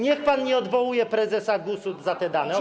niech pan nie odwołuje prezesa GUS-u za te dane, okej?